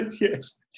yes